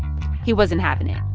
he wasn't having it.